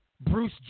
Bruce